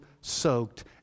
soaked